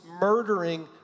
murdering